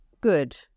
good